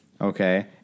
Okay